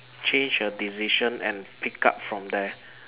change your decision and pick up from there